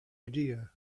idea